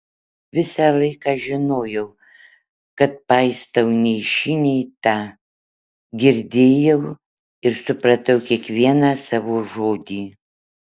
visą laiką žinojau kad paistau nei šį nei tą girdėjau ir supratau kiekvieną savo žodį